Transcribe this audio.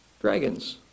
Dragons